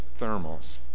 thermals